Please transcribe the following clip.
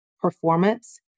performance